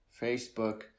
Facebook